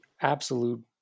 absolute